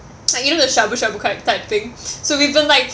like you know the shabu shabu K~ type thing so we've been like